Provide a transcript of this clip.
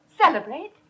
Celebrate